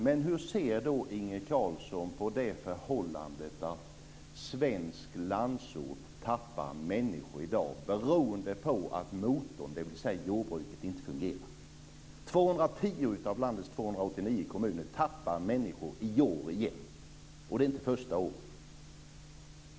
Men hur ser då Inge Carlsson på det förhållandet att svensk landsort tappar människor i dag beroende på att motorn, dvs. jordbruket, inte fungerar? 210 av landets 289 kommuner tappar människor i år igen. Och det är inte första året.